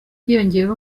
hiyongeraho